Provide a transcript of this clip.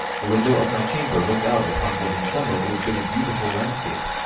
the window of my chamber looked out upon what in summer would have been a beautiful landscape.